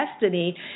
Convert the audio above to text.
destiny